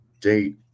date